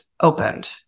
opened